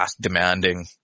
demanding